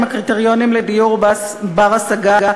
עם הקריטריונים לדיור בר-השגה,